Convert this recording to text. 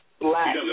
Black